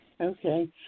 Okay